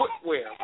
footwear